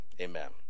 amen